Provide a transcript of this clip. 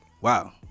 Wow